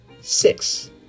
six